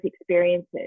experiences